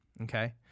Okay